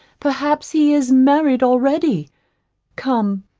perhaps he is married already come,